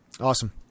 awesome